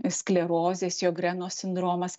sklerozė sjogreno sindromas